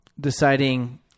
deciding